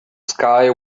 sky